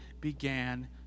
began